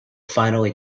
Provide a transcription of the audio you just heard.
finally